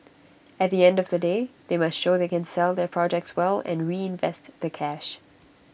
at the end of the day they must show they can sell their projects well and reinvest the cash